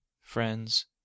friends